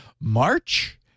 March